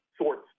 sorts